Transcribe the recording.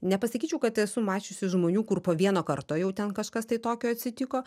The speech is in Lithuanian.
nepasakyčiau kad esu mačiusi žmonių kur po vieno karto jau ten kažkas tai tokio atsitiko